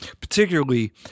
Particularly